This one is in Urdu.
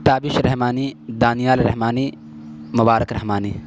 تابش رحمانی دانیال رحمانی مبارک رحمانی